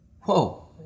Whoa